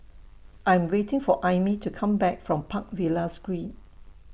I'm waiting For Aimee to Come Back from Park Villas Green